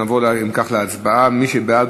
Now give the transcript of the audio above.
נעבור להצבעה: מי שבעד,